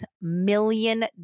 million